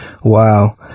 Wow